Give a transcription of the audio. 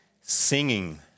singing